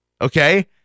okay